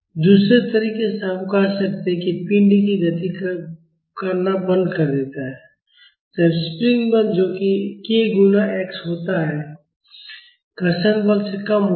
दूसरे तरीके से हम कह सकते हैं कि पिण्ड गति करना बंद कर देता है जब स्प्रिंग बल जो कि k गुणा x होता है घर्षण बल से कम होता है